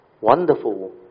wonderful